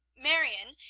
marion,